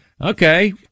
Okay